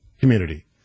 community